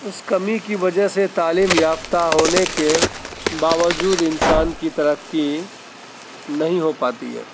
اس کمی کی وجہ سے تعلیم یافتہ ہونے کے باوجود انسان کی ترقی نہیں ہو پاتی ہے